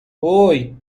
هووی